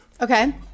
Okay